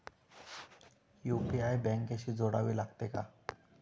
UPI बँकेशी जोडावे लागते का?